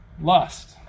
lust